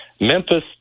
Memphis